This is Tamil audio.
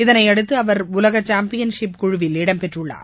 இதனையடுத்து அவர் உலக சாம்பியன் ஷிப் குழுவில் இடம்பெற்றுள்ளார்